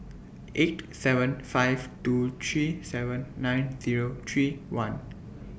eight seven five two three seven nine Zero three one